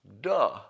Duh